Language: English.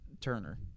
Turner